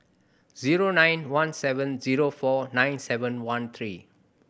zero nine one seven zero four nine seven one three